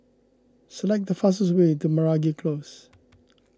select the fastest way to Meragi Close